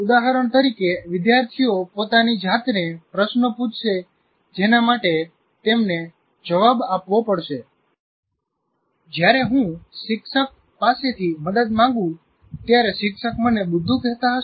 ઉદાહરણ તરીકે વિદ્યાર્થીઓ પોતાની જાતને પ્રશ્નો પૂછશે જેના માટે તેમને જવાબ આપવો પડશે જ્યારે હું શિક્ષક પાસેથી મદદ માંગું ત્યારે શિક્ષક મને બુદ્ધુ કહેતા હશે